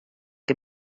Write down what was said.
que